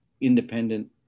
independent